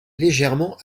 légèrement